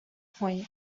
point